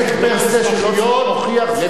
נזק פר-סה שלא צריך להוכיח,